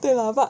对 lor but